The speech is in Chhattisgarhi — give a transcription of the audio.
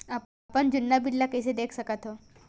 अपन जुन्ना बिल ला कइसे देख सकत हाव?